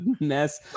mess